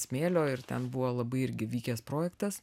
smėlio ir ten buvo labai irgi vykęs projektas